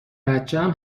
بچم